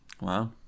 Wow